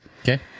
Okay